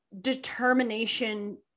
determination